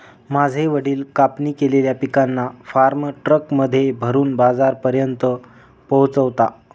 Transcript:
माझे वडील कापणी केलेल्या पिकांना फार्म ट्रक मध्ये भरून बाजारापर्यंत पोहोचवता